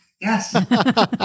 Yes